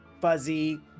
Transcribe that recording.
fuzzy